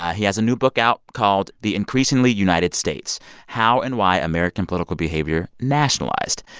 yeah he has a new book out called the increasingly united states how and why american political behavior nationalized.